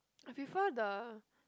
I prefer the